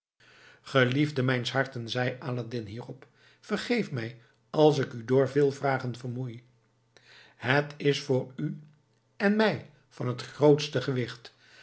geliefde mijns harten zei aladdin hierop vergeef mij als ik u door veel vragen vermoei het is voor u en mij van het hoogste gewicht